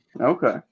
okay